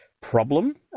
problem